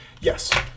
Yes